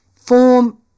form